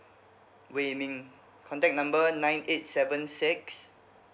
contact number nine eight seven six